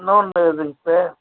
இன்னொன்னு எதுங்க சார்